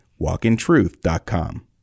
walkintruth.com